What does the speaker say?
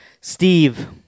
Steve